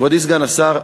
נכבדי סגן השר,